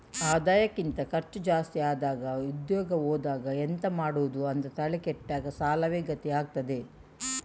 ಆದಾಯಕ್ಕಿಂತ ಖರ್ಚು ಜಾಸ್ತಿ ಆದಾಗ ಉದ್ಯೋಗ ಹೋದಾಗ ಎಂತ ಮಾಡುದು ಅಂತ ತಲೆ ಕೆಟ್ಟಾಗ ಸಾಲವೇ ಗತಿ ಆಗ್ತದೆ